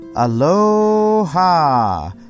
Aloha